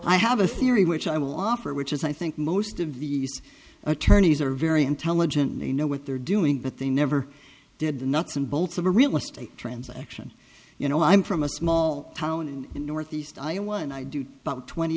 i have a theory which i will offer which is i think most of the u s attorneys are very intelligent and you know what they're doing but they never did the nuts and bolts of a real estate transaction you know i'm from a small town in northeast iowa and i do about twenty